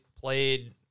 played